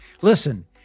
Listen